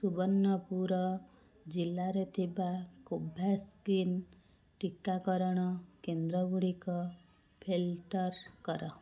ସୁବର୍ଣ୍ଣପୁର ଜିଲ୍ଲାରେ ଥିବା କୋଭ୍ୟାକ୍ସିନ୍ ଟିକାକରଣ କେନ୍ଦ୍ରଗୁଡ଼ିକ ଫିଲ୍ଟର କର